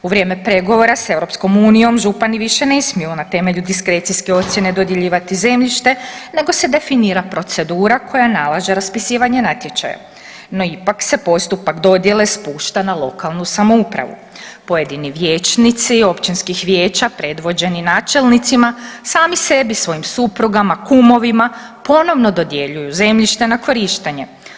U vrijeme pregovora s EU župani više ne smiju na temelju diskrecijske ocjene dodjeljivati zemljište nego se definira procedura koja nalaže raspisivanje natječaja, no ipak se postupak dodjele spušta na lokalnu samoupravu, pojedini vijećnici općinskih vijeća predvođeni načelnicima sami sebi, svojim suprugama, kumovima ponovo dodjeljuju zemljišta na korištenje.